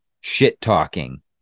shit-talking